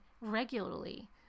regularly